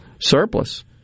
surplus